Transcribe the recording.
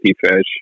fish